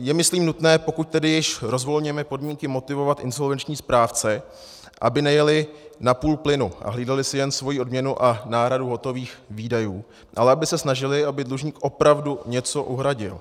Je myslím nutné, pokud tedy již rozvolňujeme podmínky, motivovat insolvenční správce, aby nejeli na půl plynu a hlídali si jen svoji odměnu a náhradu hotových výdajů, ale aby se snažili, aby dlužník opravdu něco uhradil.